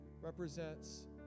represents